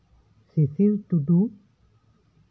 ᱥᱤᱥᱤᱨ ᱴᱩᱰᱩ